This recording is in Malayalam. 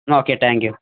എന്നാല് ഓക്കെ താങ്ക് യൂ